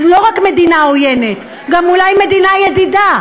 אז לא רק מדינה עוינת, אולי גם מדינה ידידה.